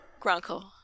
Grunkle